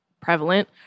prevalent